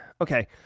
Okay